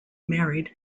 married